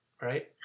right